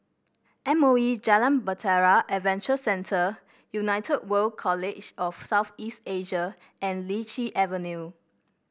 M O E Jalan Bahtera Adventure Centre United World College of South East Asia and Lichi Avenue